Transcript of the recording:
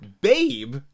Babe